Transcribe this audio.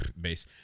Base